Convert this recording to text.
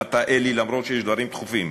וגם אתה, אלי, אף שיש דברים דחופים.